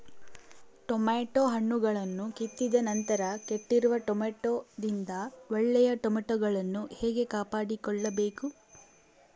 Tomato ಹಣ್ಣುಗಳನ್ನು ಕಿತ್ತಿದ ನಂತರ ಕೆಟ್ಟಿರುವ ಟೊಮೆಟೊದಿಂದ ಒಳ್ಳೆಯ ಟೊಮೆಟೊಗಳನ್ನು ಹೇಗೆ ಕಾಪಾಡಿಕೊಳ್ಳಬೇಕು?